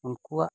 ᱩᱱᱠᱩᱣᱟᱜ